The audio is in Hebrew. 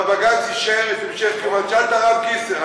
והבג"ץ אישר את המשך, תשאל את הרב גיסר.